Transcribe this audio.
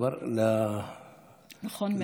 נכון מאוד.